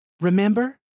Remember